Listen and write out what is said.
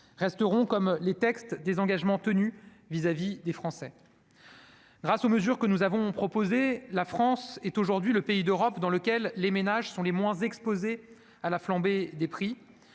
resteront comme les textes des engagements tenus vis-à-vis des Français. Grâce aux mesures que nous avons proposées, la France est le pays d'Europe dans lequel les ménages sont les moins exposés à la flambée des prix.